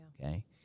Okay